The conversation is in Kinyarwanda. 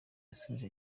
yasubije